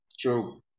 true